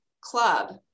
Club